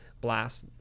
blast